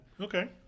Okay